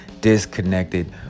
disconnected